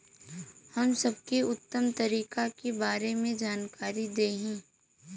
हम सबके उत्तम तरीका के बारे में जानकारी देही?